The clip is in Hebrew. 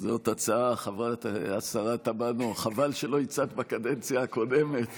השרה תמנו, זו הצעה שחבל שלא הצעת בקדנציה הקודמת.